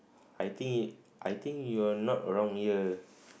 I think I think you are not around here